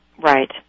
Right